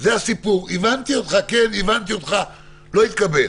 זה הסיפור, הבנתי אותך, כן, הבנתי אותך, לא התקבל.